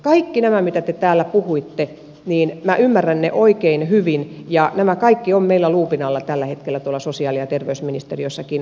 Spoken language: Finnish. kaiken tämän mistä te täällä puhuitte minä ymmärrän oikein hyvin ja nämä kaikki ovat meillä luupin alla tällä hetkellä sosiaali ja terveysministeriössäkin